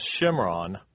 Shimron